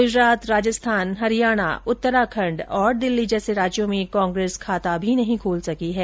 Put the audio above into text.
गुजरात राजस्थान हरियाणा उत्तराखण्ड और दिल्ली जैसे राज्यों में कांग्रेस खाता भी नहीं खोल सकी है